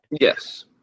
Yes